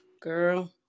Girl